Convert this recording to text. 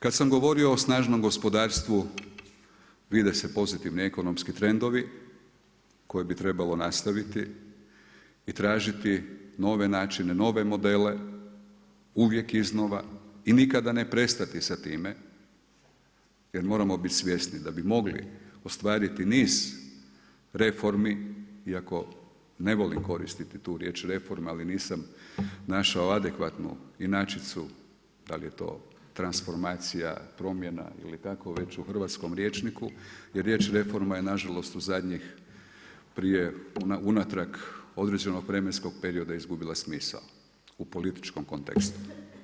Kada sam govorio o snažnom gospodarstvu vide se pozitivni ekonomski trendovi koje bi trebalo nastaviti i tražiti nove načine, nove modele uvijek iznova i nikada ne prestati s time jer moramo biti svjesni da bi mogli ostvariti niz reformi iako ne volim koristiti tu riječ reforma, ali nisam našao adekvatnu inačicu da li je to transformacija, promjena ili kako već u hrvatskom rječniku, jer riječ reforma je na žalost u zadnjih prije unatrag određenog vremenskog perioda izgubila smisao u političkom kontekstu.